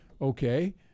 Okay